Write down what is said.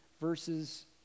verses